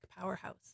powerhouse